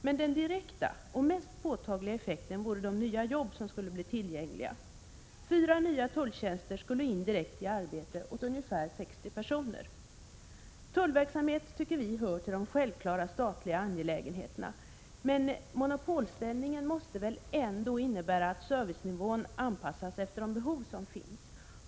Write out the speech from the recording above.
Men den direkta och mest påtagliga effekten vore de nya jobb som skulle bli tillgängliga. Fyra nya tulltjänster skulle indirekt ge arbete åt ungefär sextio personer. Tullverksamhet tycker vi hör till de självklara statliga angelägenheterna. Men monopolställningen måste väl ändå innebära att servicenivån anpassas efter de behov som finns.